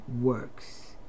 works